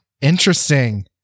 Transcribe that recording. interesting